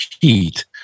heat